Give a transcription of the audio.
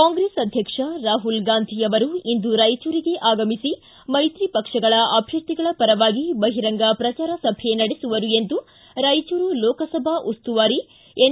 ಕಾಂಗ್ರೆಸ್ ಅಧ್ವಕ್ಷ ರಾಹುಲ್ ಗಾಂಧಿ ಇಂದು ರಾಯಚೂರಿಗೆ ಆಗಮಿಸಿ ಮೈತ್ರಿ ಪಕ್ಷಗಳ ಅಧ್ವರ್ಥಿಗಳ ಪರವಾಗಿ ಬಹಿರಂಗ ಪ್ರಚಾರ ಸಭೆ ನಡೆಸುವರು ಎಂದು ರಾಯಚೂರು ಲೋಕಸಭಾ ಉಸ್ತುವಾರಿ ಎನ್